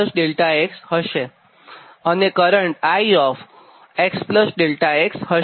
અને current I xΔx હશે